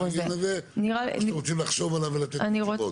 ברור לכם העניין הזה או שאתם רוצים לחשוב עליו ולתת תשובות?